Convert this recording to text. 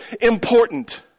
important